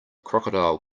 crocodile